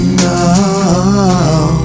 now